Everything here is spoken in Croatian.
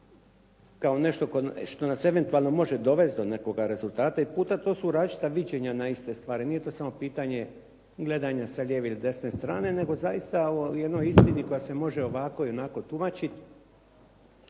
kao nešto nas eventualno može dovesti do nekoga rezultata i puta, to su različita viđenja na iste stvari. Nije to samo pitanje gledanja sa lijeve i desne strane, nego zaista u izjavi koja se može ovako ili onako tumačiti.